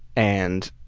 and